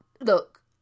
look